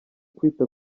kwita